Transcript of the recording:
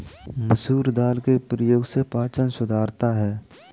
मसूर दाल के प्रयोग से पाचन सुधरता है